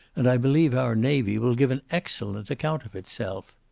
and i believe our navy will give an excellent account of itself.